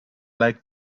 like